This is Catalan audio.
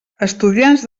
estudiants